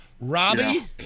Robbie